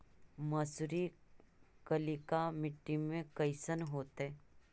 मसुरी कलिका मट्टी में कईसन होतै?